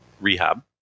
rehab